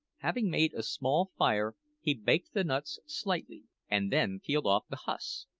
having made a small fire, he baked the nuts slightly and then peeled off the husks.